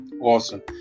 Awesome